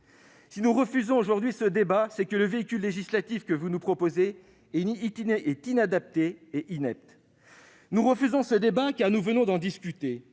Si nous refusons aujourd'hui ce débat, c'est que le véhicule législatif que vous nous proposez est inadapté et inepte. Nous refusons ce débat, car- nous venons d'en discuter